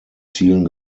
zielen